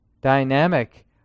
dynamic